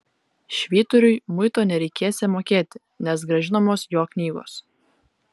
švyturiui muito nereikėsią mokėti nes grąžinamos jo knygos